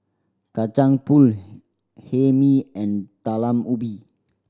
Kacang Pool Hae Mee and Talam Ubi